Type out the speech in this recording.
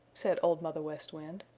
said old mother west wind.